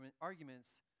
arguments